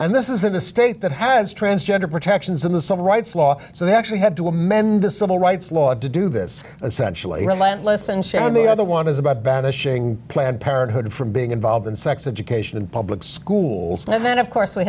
and this isn't a state that has transgender protections in the civil rights law so they actually had to amend the civil rights law to do this essentially relentless and shaming the other one is about banishing planned parenthood from being involved in sex education in public schools and then of course we